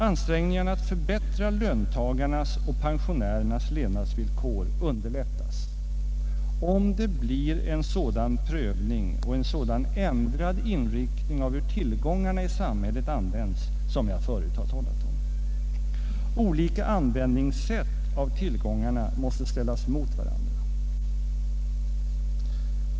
Ansträngningarna att förbättra löntagarnas och pensionärernas levnadsvillkor underlättas om det blir en sådan prövning och en sådan ändrad inriktning av hur tillgångarna i samhället används, som jag förut har talat om. Olika användningssätt av tillgångarna måste ställas mot varandra.